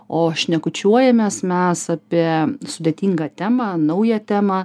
o šnekučiuojamės mes apie sudėtingą temą naują temą